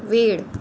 वेळ